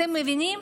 אתם מבינים?